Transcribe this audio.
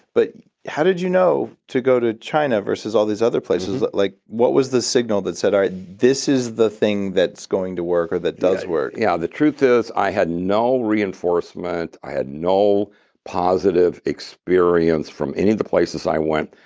but how did you know to go to china versus all these other places? like what was the signal that said, all right, this is the thing that's going to work or that does work? yeah, the truth is i had no reinforcement. i had no positive experience from any of the places i went,